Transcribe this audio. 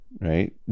Right